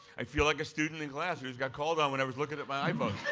i feel like a student in class who just got called on when i was looking at my iphone.